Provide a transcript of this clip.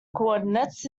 coordinates